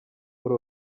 muri